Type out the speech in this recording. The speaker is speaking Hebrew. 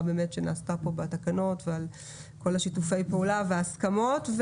שנעשתה כאן בתקנות ועל כל שיתופי הפעולה וההסכמות.